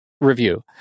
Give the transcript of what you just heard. review